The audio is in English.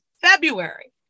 February